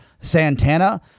Santana